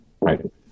right